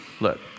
Look